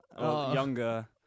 Younger